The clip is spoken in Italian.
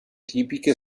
tipiche